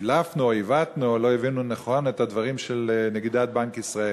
סילפנו או עיוותנו או לא הבאנו נכון את הדברים של נגידת בנק ישראל.